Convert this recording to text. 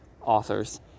authors